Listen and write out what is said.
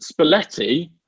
Spalletti